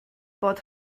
bod